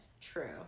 True